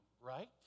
right